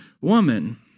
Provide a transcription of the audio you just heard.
woman